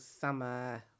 summer